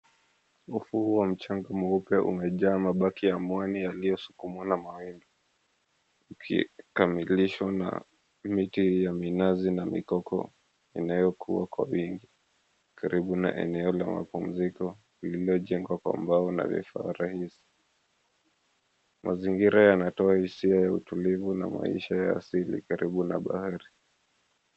Ufuo wa mchanga mweupe umejaa mabaki ya mwani yaliyosukumwa na mawimbi, kamilisho na miti ya minazi na mikoko inayokua kwa wingi karibu na eneo la mapumziko lililojengwa kwa mbao na vifaa rahisi. Mazingira yanatoa hisia tulivu na maisha ya asili karibu na bahari.